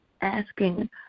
asking